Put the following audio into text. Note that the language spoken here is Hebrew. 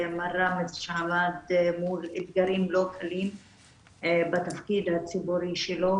שעמד מול אתגרים לא קלים בתפקיד הציבורי שלו,